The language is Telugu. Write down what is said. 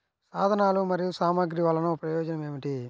సాధనాలు మరియు సామగ్రి వల్లన ప్రయోజనం ఏమిటీ?